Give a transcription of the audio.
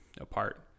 apart